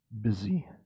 busy